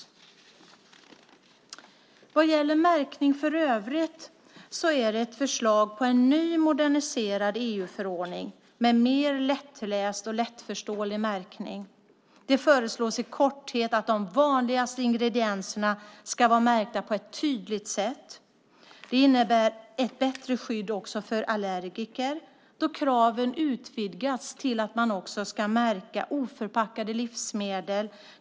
När det gäller märkning för övrigt finns det ett förslag till en ny moderniserad EU-förordning med mer lättläst och lättförståelig märkning. Det föreslås i korthet att de vanligaste ingredienserna ska vara märkta på ett tydligt sätt. Det innebär också ett bättre skydd för allergiker då kraven utvidgas till att också gälla oförpackade livsmedel.